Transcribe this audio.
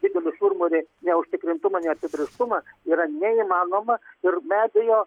didelį šurmulį neužtikrintumą neapibrėžtumą yra neįmanoma ir be abejo